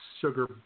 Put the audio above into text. sugar